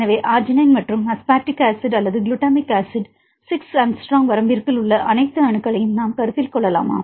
எனவே அர்ஜினைன் மற்றும் அஸ்பார்டிக் அமிலம் அல்லது குளுட்டமிக் அமிலத்தில் 6 ஆங்ஸ்ட்ரோம் வரம்பிற்குள் உள்ள அனைத்து அணுக்களையும் நாம் கருத்தில் கொள்ளலாமா